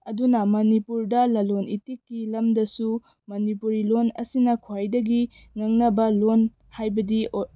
ꯑꯗꯨꯅ ꯃꯅꯤꯄꯨꯔꯗ ꯂꯂꯣꯜꯏꯇꯤꯛꯀꯤ ꯂꯝꯗꯁꯨ ꯃꯅꯤꯄꯨꯔꯤ ꯂꯣꯜ ꯑꯁꯤꯅ ꯈ꯭ꯋꯥꯏꯗꯒꯤ ꯉꯥꯡꯅꯕ ꯂꯣꯜ ꯍꯥꯏꯕꯗꯤ